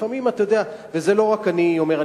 זה לא רק אני אומר.